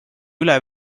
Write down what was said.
üle